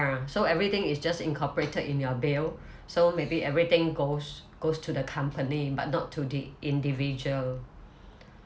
so everything is just incorporated in your bail so maybe everything goes goes to the company but not to the individual